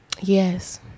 yes